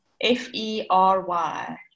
F-E-R-Y